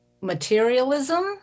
materialism